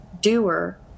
doer